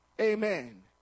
amen